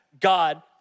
God